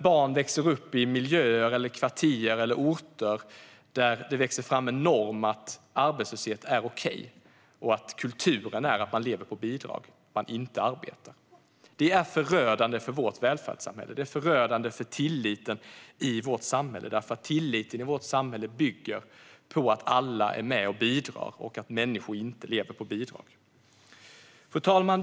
Barn växer upp i miljöer, i kvarter eller på orter där det växer fram en norm som innebär att arbetslöshet är okej och där kulturen är att man lever på bidrag och inte arbetar. Det är förödande för vårt välfärdssamhälle. Det är också förödande för tilliten i vårt samhälle, för den bygger på att alla är med och bidrar och att människor inte lever på bidrag. Fru talman!